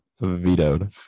Vetoed